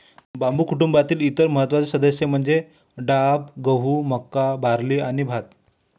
बांबू कुटुंबातील इतर महत्त्वाचे सदस्य म्हणजे डाब, गहू, मका, बार्ली आणि भात